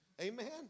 Amen